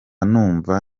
numva